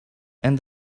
and